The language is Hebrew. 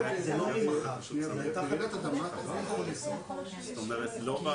שבן אדם יוכל פשוט לבקש ואם התיעוד שלו רק